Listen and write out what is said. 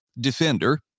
defender